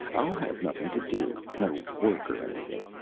i'll have nothing to do no work or anything.